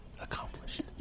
accomplished